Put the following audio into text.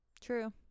True